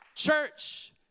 Church